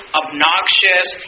obnoxious